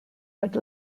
would